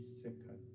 second